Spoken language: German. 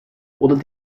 oder